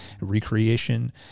recreation